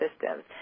systems